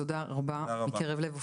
אופיר, תודה רבה מקרב לב.